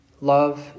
love